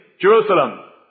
Jerusalem